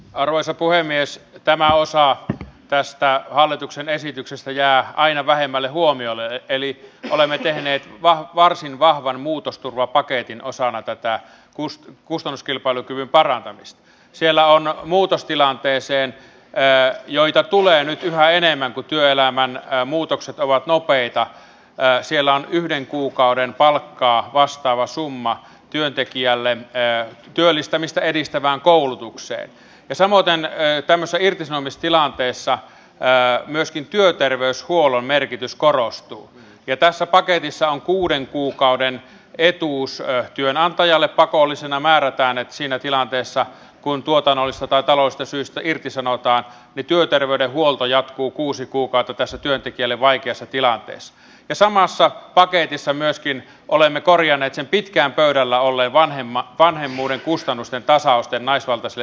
arvoisa puhemies että mä osaa päästää hallituksen esityksestä jää aina vähemmälle huomiolle eli olemme tehneet vaan varsin vahvan muutos turvapaketin osana tätä kuusta kustannuskilpailukyvyn parantamista siellä on muutostilanteeseen pää joita tulee nyt yhä enemmän työelämän muutokset ovat nopeita ja siellä on yhden kuukauden palkkaa vastaava summa työntekijälleen työllistämistä edistävään koulutukseen ja sanotaan että massairtisanomistilanteissa jää myöskin työterveyshuollon merkitys korostuu ja tässä paketissa on kuuden kuukauden etuus työnantajalle pakollisena määrätään nyt siinä tilanteessa kuin tuotannolliset ja taloista syistä irtisanotaan ja työterveydenhuolto jatkuu kuusi kuukautta kesätyöntekijälle vaikeassa tilanteessa ja samassa paketissa myöskin olemme korjanneet jo pitkään pöydällä olleen vanhemmat vanhemmuuden kustannusten tasausten naisvaltaisia